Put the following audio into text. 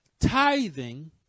Tithing